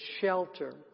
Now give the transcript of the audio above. shelter